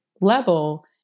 level